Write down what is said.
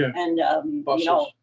and busses. um